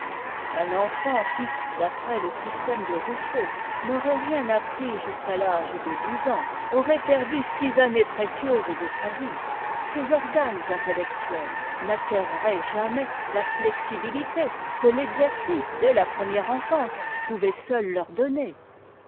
un enfant qui d'après le système de rousseau n'aurait rien appris jusqu'à l'âge de douze ans r aurait perdu six années précieuses de sa vie sesorganes intellectuels n'acquerraient jamais la lexibi ité que l'exercice dès la première enfance pouvait seul leur donner